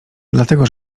dlatego